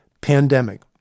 pandemic